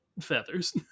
Feathers